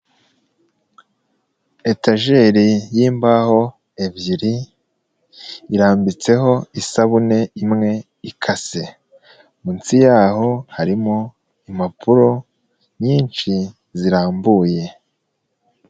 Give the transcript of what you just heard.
Etajeri y'imbaho ebyiri irambitseho isabune imwe ikase ndetse munsi yaho harimo impapuro nyinshi zirambuye.